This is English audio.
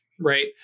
right